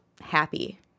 happy